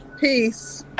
peace